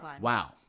wow